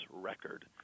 record